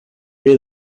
near